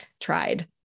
tried